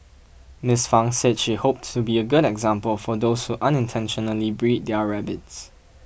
Miss Fang said she hoped to be a good example for those who unintentionally breed their rabbits